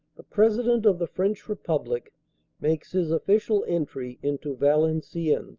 the president of the french republic makes his official entry into valencien